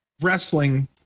wrestling